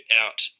out